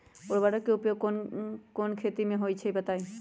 उर्वरक के उपयोग कौन कौन खेती मे होई छई बताई?